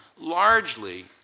largely